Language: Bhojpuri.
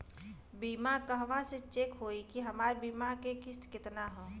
बीमा कहवा से चेक होयी की हमार बीमा के किस्त केतना ह?